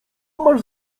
masz